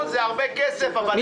נכון, זה הרבה כסף, אבל אין ברירה.